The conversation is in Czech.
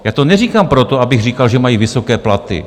Já to neříkám proto, abych říkal, že mají vysoké platy.